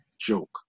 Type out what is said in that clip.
joke